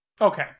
Okay